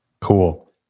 Cool